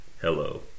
Hello